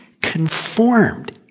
conformed